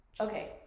Okay